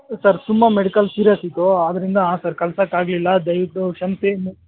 sir ತುಂಬ medical serious ಇತ್ತು ಆದ್ದರಿಂದ ಹಾಂ ಸರ್ ಕಳ್ಸಕ್ಕೆ ಆಗಲಿಲ್ಲ ದಯವಿಟ್ಟು ಕ್ಷಮಿಸಿ